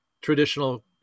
traditional